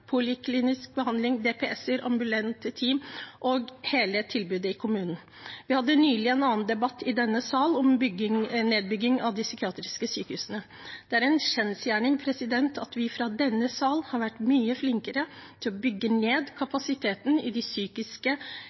poliklinisk behandling, DPS-er, ambulerende team og hele tilbudet i kommunen. Vi hadde nylig en annen debatt i denne sal om nedbygging av de psykiatriske sykehusene. Det er en kjensgjerning at vi i denne sal har vært mye flinkere til å bygge ned kapasiteten i det psykiske